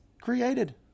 created